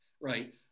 right